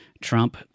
Trump